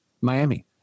Miami